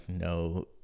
no